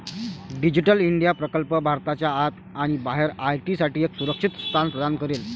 digital India प्रकल्प भारताच्या आत आणि बाहेर आय.टी साठी एक सुरक्षित स्थान प्रदान करेल